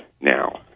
now